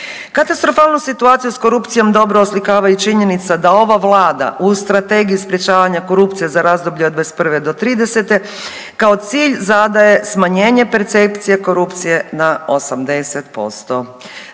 Katastrofalnu situaciju s korupcijom dobro oslikava i činjenica da ova vlada u Strategiji sprječavanja korupcije za razdoblje od '21. do '30. kao cilj zadaje smanjenje percepcije korupcije na 80%.